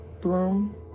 bloom